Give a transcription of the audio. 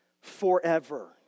forever